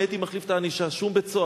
אני הייתי מחליף את הענישה: שום בית-סוהר,